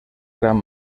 gran